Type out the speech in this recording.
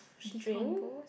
decompose